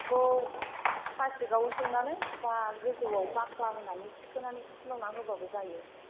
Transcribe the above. बेखौ प्लास्टिकआव सोनानै बा गोजौआव बाख्ला होनानै थिखोनानै फुलुंनानै होबाबो जायो